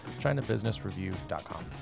ChinaBusinessreview.com